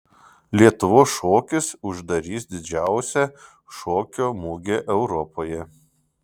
lietuvos šokis uždarys didžiausią šokio mugę europoje